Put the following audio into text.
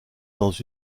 dans